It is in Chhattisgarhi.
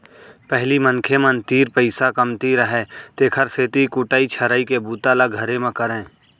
पहिली मनखे मन तीर पइसा कमती रहय तेकर सेती कुटई छरई के बूता ल घरे म करयँ